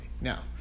now